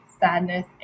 sadness